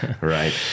right